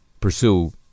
pursue